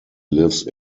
lives